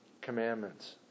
commandments